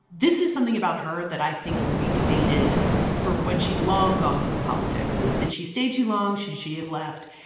this is something about her that i think will be debated for when she's long gone from politics, is did she stay too long? should she have left?